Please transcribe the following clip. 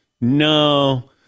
no